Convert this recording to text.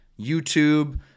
YouTube